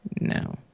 no